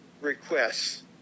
requests